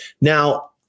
Now